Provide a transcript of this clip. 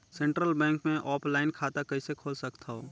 Central Bank मे offline खाता कइसे खोल सकथव?